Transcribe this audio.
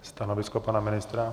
Stanovisko pana ministra?